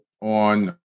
on